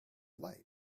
light